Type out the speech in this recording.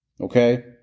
Okay